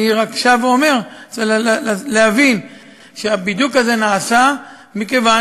אני רק שב ואומר: צריך להבין שהבידוק הזה נעשה מכיוון